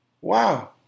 wow